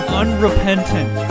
unrepentant